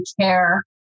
care